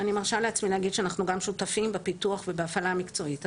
אני מרשה לעצמי לומר שאנחנו גם שותפים בפיתוח ובהפעלה המקצועית.